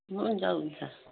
हुन्छ हुन्छ